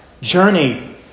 journey